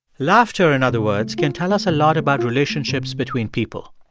laughter, in other words, can tell us a lot about relationships between people.